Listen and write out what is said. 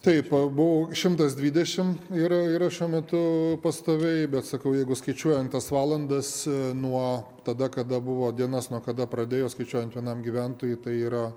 taip abu šimtas dvidešimt ir ir šiuo metu pastoviai bet sakau jeigu skaičiuojant tas valandas nuo tada kada buvo dienas nuo kada pradėjo skaičiuojant vienam gyventojui tai yra